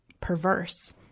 perverse